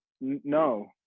no